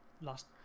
Last